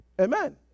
Amen